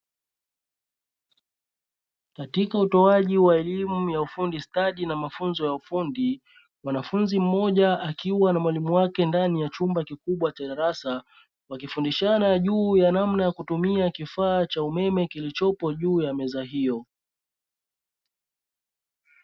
Katika utoaji wa elimu ya ufundi stadi na mafunzo ya ufundi, mwanafunzi mmoja akiwa na mwalimu wake ndani ya chumba kikubwa cha darasa, wakifundishana juu ya namna ya kutumia kifaa cha umeme kilichopo juu ya meza hiyo.